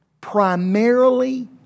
primarily